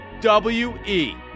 W-E